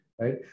right